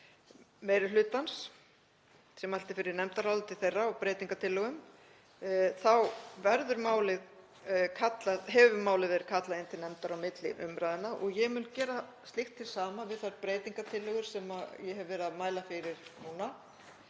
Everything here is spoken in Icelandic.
meiri hlutans, sem mælti fyrir nefndaráliti þeirra og breytingartillögum, þá hefur málið verið kallað inn til nefndar á milli umræðna og ég mun gera slíkt hið sama við þær breytingartillögur sem ég hef verið að mæla fyrir núna